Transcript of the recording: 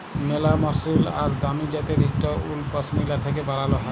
ম্যালা মসরিল আর দামি জ্যাত্যের ইকট উল পশমিলা থ্যাকে বালাল হ্যয়